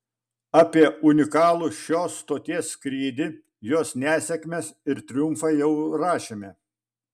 apie unikalų šios stoties skrydį jos nesėkmes ir triumfą jau rašėme